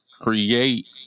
create